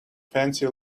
fancy